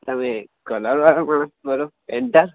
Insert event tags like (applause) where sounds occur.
તમે કલરવાળા માણસ બોલો (unintelligible)